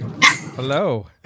Hello